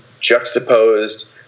juxtaposed